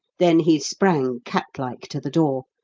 then he sprang cat-like to the door,